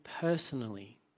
personally